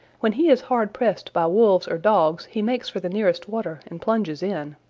when he is hard pressed by wolves or dogs he makes for the nearest water and plunges in.